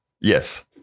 Yes